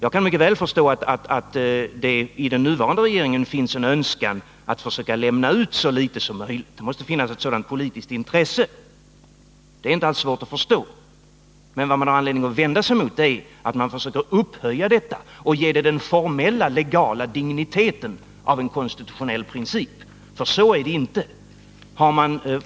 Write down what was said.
Jag kan mycket väl förstå att det i den nuvarande regeringen finns en önskan att försöka lämna ut så litet som möjligt; det måste finnas ett sådant politiskt intresse, och det är inte alls svårt att begripa. Men vad vi har anledning att vända oss mot är att man försöker upphöja detta och ge det den formella, legala digniteten av en konstitutionell princip, för så är det inte.